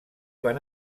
van